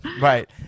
Right